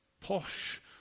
posh